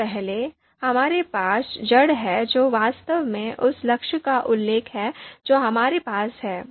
सबसे पहले हमारे पास जड़ है जो वास्तव में उस लक्ष्य का उल्लेख है जो हमारे पास है